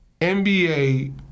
NBA